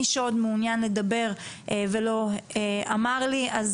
מי שעוד מעוניין לדבר ולא אמר לי אז